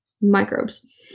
microbes